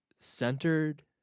centered